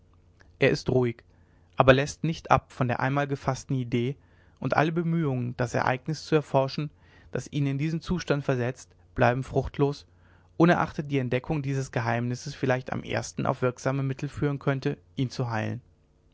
er ist ruhig aber läßt nicht ab von der einmal gefaßten idee und alle bemühungen das ereignis zu erforschen das ihn in diesen zustand versetzt bleiben fruchtlos unerachtet die entdeckung dieses geheimnisses vielleicht am ersten auf wirksame mittel führen könnte ihn zu heilen